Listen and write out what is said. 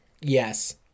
Yes